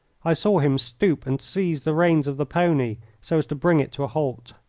i saw him stoop and seize the reins of the pony, so as to bring it to a halt.